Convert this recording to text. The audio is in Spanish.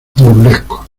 burlescos